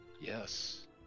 Yes